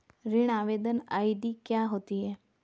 ऋण आवेदन आई.डी क्या होती है?